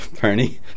Bernie